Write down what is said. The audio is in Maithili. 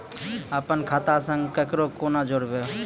अपन खाता संग ककरो कूना जोडवै?